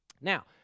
Now